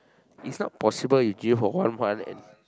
it's not possible you gym for one month and